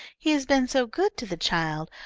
he has been so good to the child,